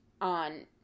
on